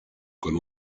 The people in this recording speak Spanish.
con